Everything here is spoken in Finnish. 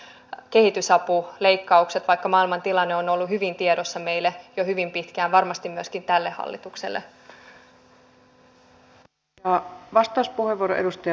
kyllä sitäkin tehdään mutta samalla siitä voivat hyötyä sitten kyllä ihan täällä olevat suomalaiset työttömät jos heillä on halua yrittää